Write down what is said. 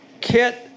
kit